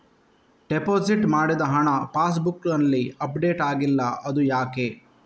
Deposit ಮಾಡಿದ ಹಣ pass ಬುಕ್ನಲ್ಲಿ ಅಪ್ಡೇಟ್ ಆಗಿಲ್ಲ ಅದು ಯಾಕೆ?